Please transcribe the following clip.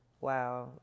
wow